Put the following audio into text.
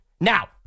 Now